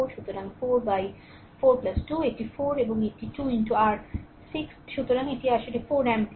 সুতরাং 4 বাই 4 2 এটি 4 এবং এটি 2 আর 6 সুতরাং এটি আসলে 4 এম্পিয়ার